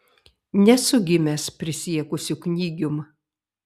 nesu gimęs prisiekusiu knygium